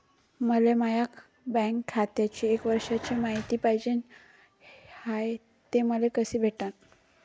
मले माया बँक खात्याची एक वर्षाची मायती पाहिजे हाय, ते मले कसी भेटनं?